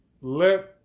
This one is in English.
let